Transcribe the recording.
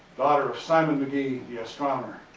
daughter of simon mcgee, the astronomer.